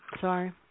sorry